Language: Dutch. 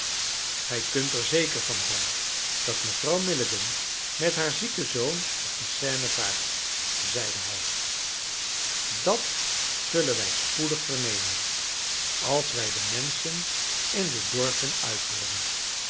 gij kunt er zeker van zijn dat mevrouw milligan met haar zieken zoon op de seine vaart zeide hij dat zullen wij spoedig vernemen als wij de menschen in de dorpen